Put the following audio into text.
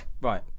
Right